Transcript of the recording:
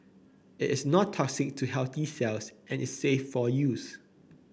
it is not toxic to healthy cells and is safe for use